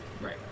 Right